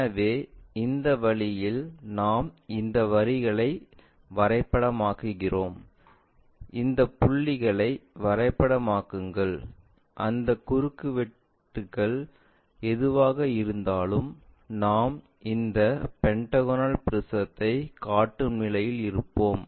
எனவே இந்த வழியில் நாம் இந்த வரிகளை வரைபடமாக்குகிறோம் இந்த புள்ளிகளை வரைபடமாக்குங்கள் அந்த குறுக்குவெட்டுகள் எதுவாக இருந்தாலும் நாம் இந்த பெண்டகோனல் ப்ரிஸத்தை கட்டும் நிலையில் இருப்போம்